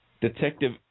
Detective